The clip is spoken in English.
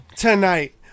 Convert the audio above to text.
Tonight